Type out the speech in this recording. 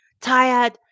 tired